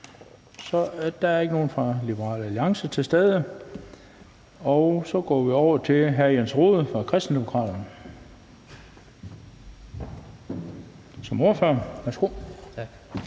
Der er ikke nogen fra Liberal Alliance til stede, og så går vi over til hr. Jens Rohde som ordfører for Kristendemokraterne. Værsgo. Kl.